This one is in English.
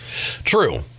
True